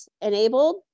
enabled